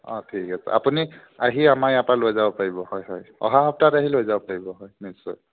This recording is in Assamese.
অ' ঠিক আছে আপুনি আহি আমাৰ ইয়াৰ পা লৈ যাব পাৰিব হয় হয় অহা সপ্তাহত আহি লৈ যাব পাৰিব হয় নিশ্চয়